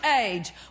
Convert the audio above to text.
age